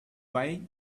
why